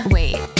Wait